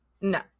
no